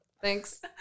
Thanks